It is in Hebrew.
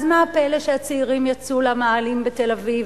אז מה הפלא שהצעירים יצאו למאהלים בתל-אביב,